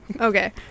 Okay